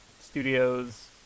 Studios